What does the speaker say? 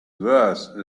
worse